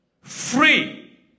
free